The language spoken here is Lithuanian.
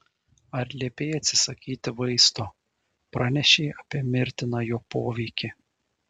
ar liepei atsisakyti vaisto pranešei apie mirtiną jo poveikį